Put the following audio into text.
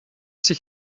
sich